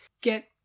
get